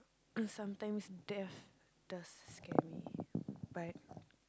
sometimes death does scare me but